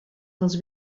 els